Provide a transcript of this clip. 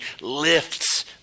lifts